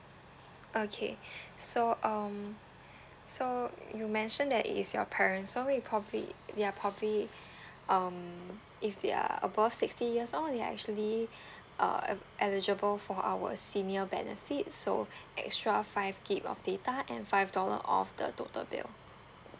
okay so um so you mentioned that it is your parents so we probably they're probably um if they are above sixty years old they are actually uh el~ eligible for our senior benefit so extra five GIG of data and five dollar off the total bill